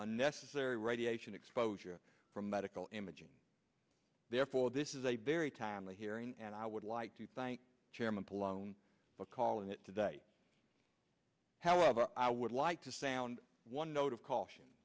unnecessary radiation exposure from medical imaging therefore this is a very timely hearing and i would like to thank chairman polonca for calling it today however i would like to say on one note of caution